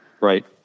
Right